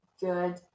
good